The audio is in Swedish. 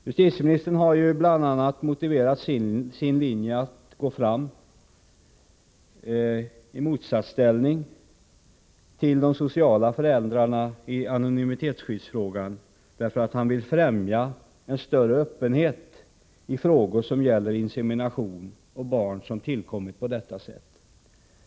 Justitieministern har ju bl.a. motiverat den linje, enligt vilken han kommit i motsatsställning till de sociala föräldrarna i anonymitetsskyddsfrågan, med att han vill främja en större öppenhet i frågor som gäller insemination och barn som tillkommit på detta sätt.